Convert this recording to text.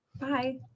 bye